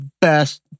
best